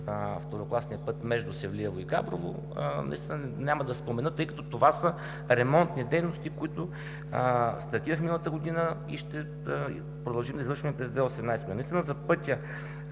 второкласния път между Севлиево и Габрово, няма да спомена, тъй като това са ремонтни дейности, които стартирахме миналата година и ще продължим да извършваме и през 2018 г. За пътя